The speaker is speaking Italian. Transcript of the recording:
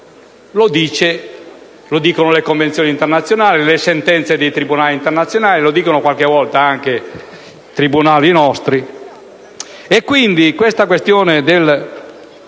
pena, ma le convenzioni internazionali, le sentenze dei tribunali internazionali; lo dice, qualche volta, anche qualche nostro